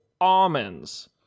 almonds